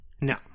No